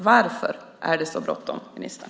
Varför är det så bråttom, ministern?